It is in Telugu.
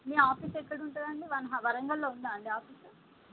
మీ ఆఫీస్ ఎక్కడ ఉంటుంది అండి వన్ హ వరంగల్లో ఉందా అండి ఆఫీసు